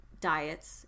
diets